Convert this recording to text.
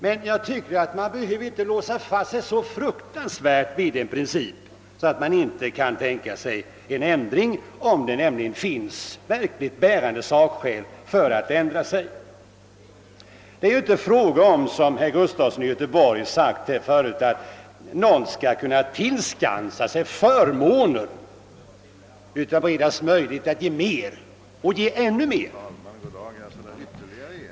Men jag tycker att man inte behöver låsa fast sig så fruktansvärt vid en princip att man inte kan tänka sig en ändring, om det finns verkligt bärande sakskäl för att ändra sig. Det är ju, som herr Gustafson i Göteborg sagt här förut, inte fråga om att någon skall kunna tillskansa sig förmåner, utan det gäller att man skall få möjlighet att ge ännu mer än för närvarande.